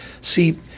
See